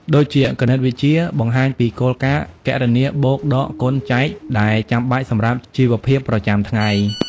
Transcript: ដូចជាគណិតវិទ្យា បង្ហាញពីគោលការណ៍គណនាបូក ដក គុណ ចែក ដែលចាំបាច់សម្រាប់ជីវភាពប្រចាំថ្ងៃ។